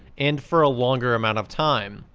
and for a longer amount of time,